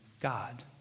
God